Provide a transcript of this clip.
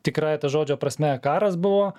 tikrąja to žodžio prasme karas buvo